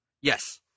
Yes